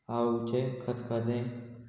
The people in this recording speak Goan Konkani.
आळूचें खतखतें